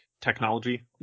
technology